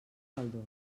caldós